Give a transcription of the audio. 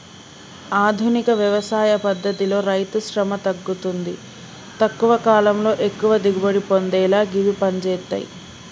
ఆధునిక వ్యవసాయ పద్దతితో రైతుశ్రమ తగ్గుతుంది తక్కువ కాలంలో ఎక్కువ దిగుబడి పొందేలా గివి పంజేత్తయ్